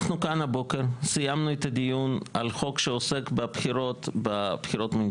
אנחנו כאן הבוקר סיימנו את הדיון על חוק שעוסק בבחירות המוניציפליות.